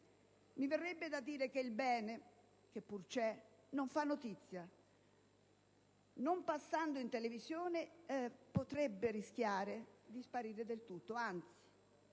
Mi verrebbe da dire che il bene, che pure c'è, non fa notizia: non passando in televisione potrebbe rischiare di sparire del tutto. Anzi,